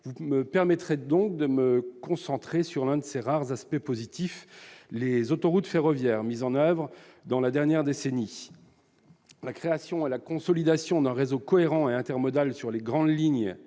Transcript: Vous me permettrez donc de me concentrer sur l'un de ses rares aspects positifs, à savoir les autoroutes ferroviaires, mises en oeuvre dans la dernière décennie. La création et la consolidation d'un réseau cohérent et intermodal sur les grandes lignes